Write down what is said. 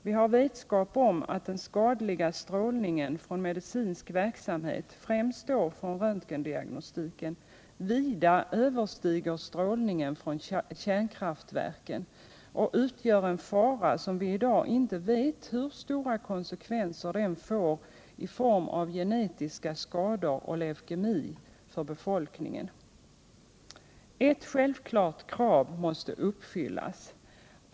Vi har vetskap om att den skadliga strålningen från medicinsk verksamhet, främst då från röntgendiagnostiken, vida överstiger strålningen från kärnkraftverken och utgör en fara som vi i dag inte vet konsekvenserna av för befolkningen i form av genetiska skador och leukemi. Ett självklart krav måste uppfyllas.